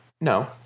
No